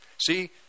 See